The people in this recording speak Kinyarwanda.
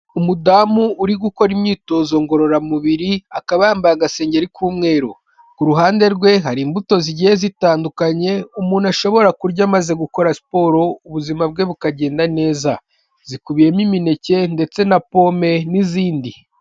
Umudamu uri gukora imyitozo ngororamubiri akaba yambaye agasengeri k'umweru, ku ruhande rwe hari imbuto zigiye zitandukanye, umuntu ashobora kurya amaze gukora siporo, ubuzima bwe bukagenda neza, zikubiyemo imineke ndetse na pome n'izindi.